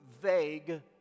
vague